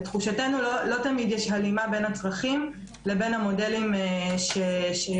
בתחושתנו לא תמיד יש הלימה בין הצרכים לבין המודלים שיוצאים,